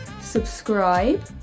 subscribe